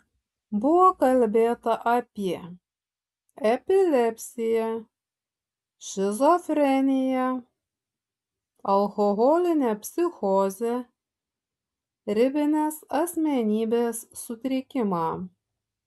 buvo kalbėta apie epilepsiją šizofreniją alkoholinę psichozę ribinės asmenybės sutrikimą